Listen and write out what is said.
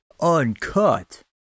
Uncut